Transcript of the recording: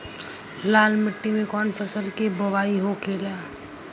लाल मिट्टी में कौन फसल के बोवाई होखेला?